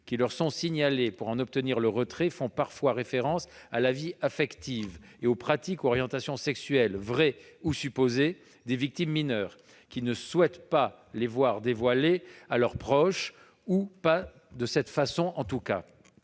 qui leur sont signalés pour en obtenir le retrait font parfois référence à la vie affective et aux pratiques ou à l'orientation sexuelle, vraie ou supposée, des victimes mineures, qui ne souhaitent pas les voir dévoilées à leurs proches ou, en tout cas,